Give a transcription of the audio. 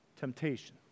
temptation